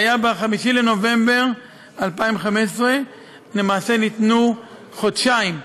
זה היה ב-5 בנובמבר 2015. למעשה ניתנו חודשיים,